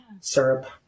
syrup